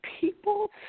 people